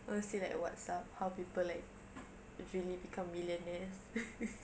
honestly like watch stuff how people like really become millionaires